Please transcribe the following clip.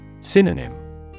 Synonym